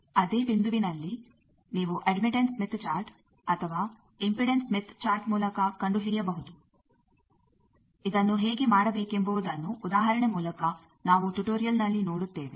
ಅದೇ ಬಿಂದುವಿನಲ್ಲಿ ನೀವು ಅಡ್ಮಿಟ್ಟೆನ್ಸ್ ಸ್ಮಿತ್ ಚಾರ್ಟ್ ಅಥವಾ ಇಂಪಿಡೆನ್ಸ್ ಸ್ಮಿತ್ ಚಾರ್ಟ್ ಮೂಲಕ ಕಂಡುಹಿಡಿಯಬಹುದು ಇದನ್ನು ಹೇಗೆ ಮಾಡಬೇಕೆಂಬುವುದನ್ನು ಉದಾಹರಣೆ ಮೂಲಕ ನಾವು ಟುಟೋರಿಯಲ್ನಲ್ಲಿ ನೋಡುತ್ತೇವೆ